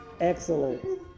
Excellent